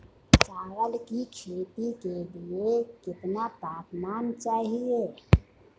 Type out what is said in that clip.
चावल की खेती के लिए कितना तापमान चाहिए?